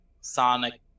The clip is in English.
sonic